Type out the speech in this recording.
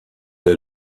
est